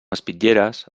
espitlleres